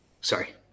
Sorry